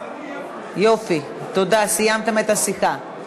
תודה, סיימתם את השיחה.